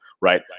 right